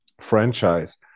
franchise